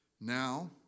Now